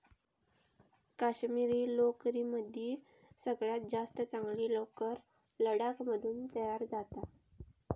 काश्मिरी लोकरीमदी सगळ्यात जास्त चांगली लोकर लडाख मधून तयार जाता